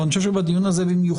אבל אני חושב שבדיון הזה במיוחד,